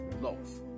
love